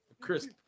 Chris